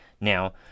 Now